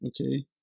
Okay